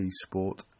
sport